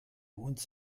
uns